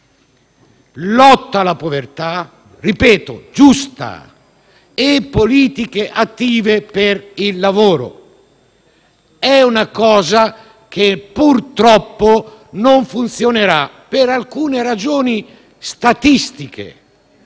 lotta alla povertà - che, ripeto, è giusta - e politiche attive per il lavoro. È una cosa che purtroppo non funzionerà, per alcune ragioni statistiche.